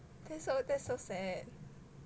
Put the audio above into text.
that's so that's so sad